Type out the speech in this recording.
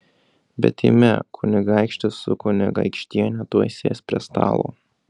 bet eime kunigaikštis su kunigaikštiene tuoj sės prie stalo